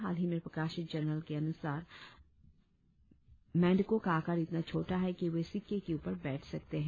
हाल ही में प्रकाशित जर्नल के अनुसार मेंढकों का आकार इतना छोटा है कि वे सिक्के की ऊपर बैठ सकते है